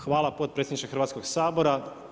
Hvala potpredsjedniče Hrvatskog sabora.